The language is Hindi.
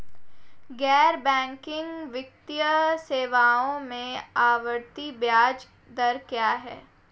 गैर बैंकिंग वित्तीय सेवाओं में आवर्ती ब्याज दर क्या है?